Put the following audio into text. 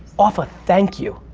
off a thank you.